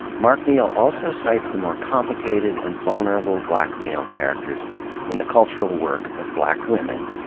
mark neal also cites the more complicated and vulnerable black male characters in the cultural work of black women,